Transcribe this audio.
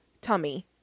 tummy